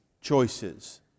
choices